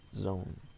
zone